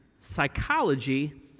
Psychology